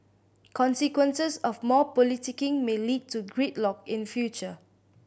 consequences of more politicking may lead to gridlock in future